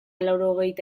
laurogeita